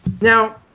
Now